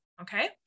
Okay